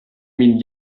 mean